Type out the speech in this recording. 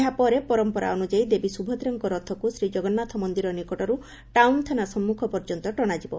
ଏହା ପରେ ପରମ୍ମରା ଅନୁଯାୟୀ ଦେବୀ ସୁଭଦ୍ରାଙ୍କ ରଥକୁ ଶ୍ରୀକଗନ୍ତାଥ ମନ୍ଦିର ନିକଟରୁ ଟାଉନ୍ ଥାନା ସମ୍ମୁଖ ପର୍ଯ୍ୟନ୍ତ ଟଣାଯିବ